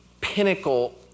pinnacle